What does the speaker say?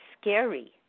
scary